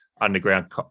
underground